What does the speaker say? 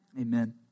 Amen